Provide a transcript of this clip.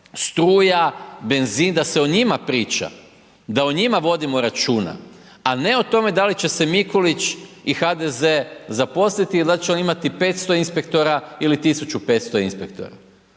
struja, benzin, da se o njima priča, da o njima vodimo računa, a ne o tome da li će se Mikulić i HDZ zaposliti i da li će oni imati 500 inspektora ili 1500 inspektora.